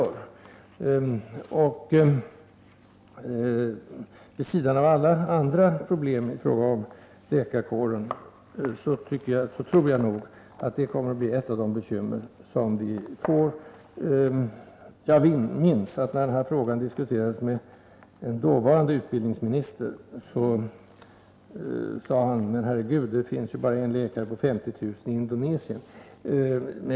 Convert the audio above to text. Jag tror alltså att detta, vid sidan av alla andra problem i fråga om läkarkåren, kommer att bli ett av de bekymmer vi får framöver. Jag minns att en förutvarande utbildningsminister, när man diskuterade den här frågan med honom, sade: Men Herre Gud, det finns ju bara en läkare på 50000 i Indonesien!